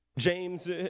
James